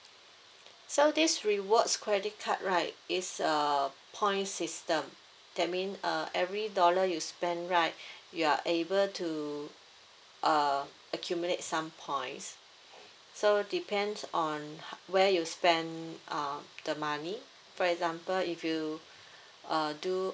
so this rewards credit card right is a point system that means uh every dollar you spend right you are able to uh accumulate some points so depends on h~ where you spend uh the money for example if you uh do